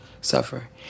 suffer